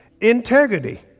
Integrity